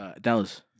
Dallas